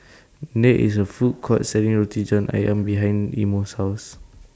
There IS A Food Court Selling Roti John Ayam behind Imo's House